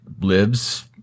lives